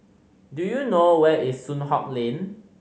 do you know where is Soon Hock Lane